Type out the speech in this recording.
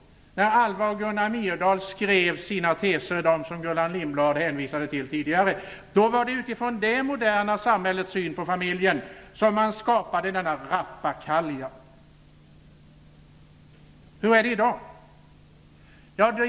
När Alva och Gunnar Myrdal skrev sina teser, de som Gullan Lindblad hänvisade till tidigare, var det utifrån det moderna samhällets syn på familjen som man skapade denna rappakalja. Hur är det i dag?